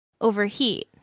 overheat